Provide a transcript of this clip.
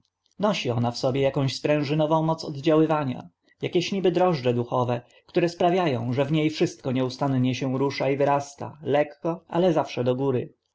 nosi ona w sobie akąś sprężynową moc oddziaływania akieś niby drożdże duchowe które sprawia ą że w nie wszystko nieustannie się rusza i wyrasta lekko ale zawsze do góry